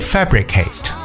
Fabricate